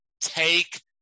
take